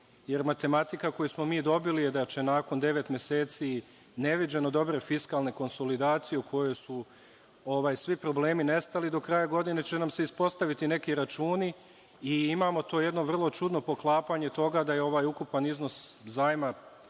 Jer matematika koju smo mi dobili je da će nakon devet meseci neviđeno dobre fiskalne konsolidacije u kojoj su svi problemi nestali, do kraja godine će nam se ispostaviti neki računi i imamo to jedno vrlo čudno poklapanje toga da je ovaj ukupan iznos zajma